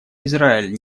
израиль